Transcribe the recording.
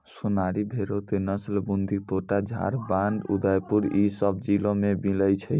सोनारी भेड़ो के नस्ल बूंदी, कोटा, झालाबाड़, उदयपुर इ सभ जिला मे मिलै छै